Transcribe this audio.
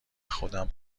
خودم